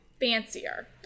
fancier